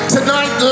Tonight